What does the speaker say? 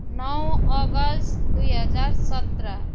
नौ अगस्त दुई हजार सत्र